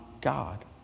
God